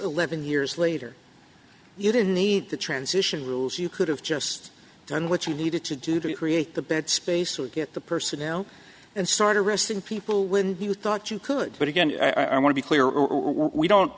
eleven years later you don't need the transition rules you could have just done what you needed to do to create the bed space would get the personnel and start arresting people when he was thought you could but again i want to be clear or we don't